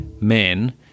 men